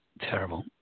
Terrible